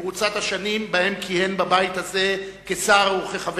במרוצת השנים שבהן כיהן בבית הזה כשר וכחבר